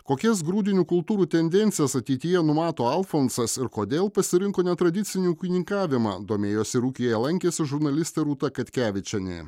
kokias grūdinių kultūrų tendencijas ateityje numato alfonsas ir kodėl pasirinko netradicinį ūkininkavimą domėjosi ir ūkyje lankėsi žurnalistė rūta katkevičienė